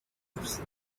years